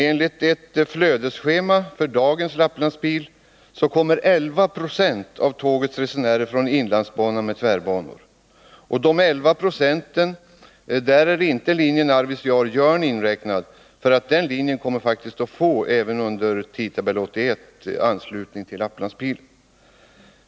Enligt ett flödesschema för dagens Lapplandspil kommer 11 96 av tågets resenärer från inlandsbanan med tvärbanor. I de elva procenten är linjen Arvidsjaur-Jörn inte inräknad, eftersom den linjen faktiskt kommer att få anslutning med Lapplandspilen även under Tidtabell 1981.